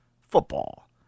football